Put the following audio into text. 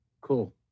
Cool